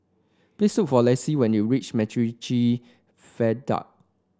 please look for Lacy when you reach MacRitchie Viaduct